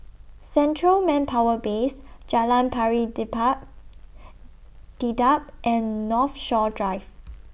Central Manpower Base Jalan Pari Dedap and Northshore Drive